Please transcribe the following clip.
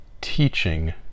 teaching